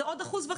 זה עוד 1.5%,